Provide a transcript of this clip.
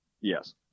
Yes